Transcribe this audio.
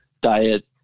diet